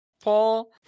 Paul